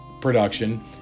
production